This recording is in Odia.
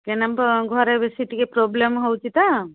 ଘରେ ବେଶୀ ଟିକେ ପ୍ରୋବ୍ଲେମ ହେଉଛି ତ